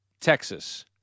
Texas